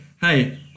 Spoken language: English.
hey